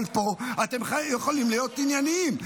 אבל פה אתם יכולים להיות ענייניים.